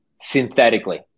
synthetically